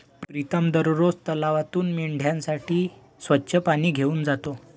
प्रीतम दररोज तलावातून मेंढ्यांसाठी स्वच्छ पाणी घेऊन जातो